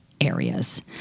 areas